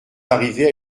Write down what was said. arrivés